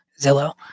Zillow